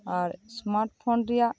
ᱟᱨ smart phone ᱨᱮᱭᱟᱜ